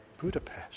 Budapest